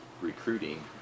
recruiting